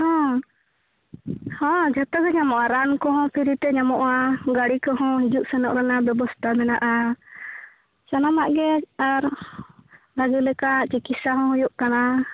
ᱦᱮᱸ ᱡᱚᱛᱚ ᱜᱮ ᱧᱟᱢᱚᱜᱼᱟ ᱨᱟᱱ ᱠᱚᱦᱚᱸ ᱯᱷᱤᱨᱤ ᱛᱮ ᱧᱟᱢᱚᱜᱼᱟ ᱜᱟᱹᱲᱤ ᱠᱚᱦᱚᱸ ᱦᱤᱡᱩᱜ ᱥᱮᱱᱚᱜ ᱨᱮᱱᱟᱜ ᱵᱮᱵᱚᱥᱛᱟ ᱢᱮᱱᱟᱜᱼᱟ ᱥᱟᱱᱟᱢᱟᱜ ᱜᱮ ᱟᱨ ᱵᱷᱟᱹᱜᱤ ᱞᱮᱠᱟ ᱪᱤᱠᱤᱛᱥᱟ ᱦᱚᱸ ᱦᱩᱭᱩᱜ ᱠᱟᱱᱟ